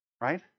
right